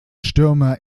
stürmer